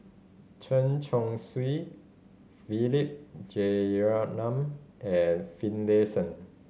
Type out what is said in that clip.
Chen Chong Swee Philip Jeyaretnam and Finlayson